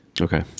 Okay